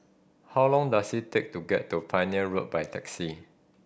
how long does it take to get to Pioneer Road by taxi